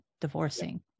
divorcing